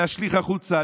להשליך החוצה,